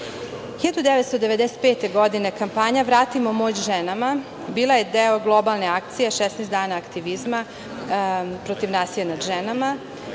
1995. kampanja – Vratimo moć ženama, bila je deo globalne akcije, 16 dana aktivizma protiv nasilja nad ženama.